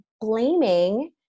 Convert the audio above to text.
blaming